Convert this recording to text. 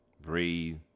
breathe